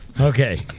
Okay